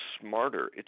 smarter